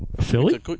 Philly